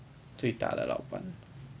最大的老板